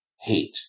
hate